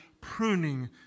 pruning